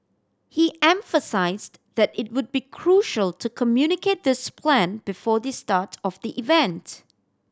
he emphasised that it would be crucial to communicate this plan before the start of the event